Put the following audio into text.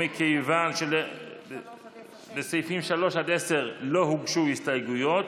ומכיוון שלסעיפים 3 עד 10 לא הוגשו הסתייגויות,